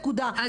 נקודה,